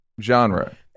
genre